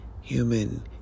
human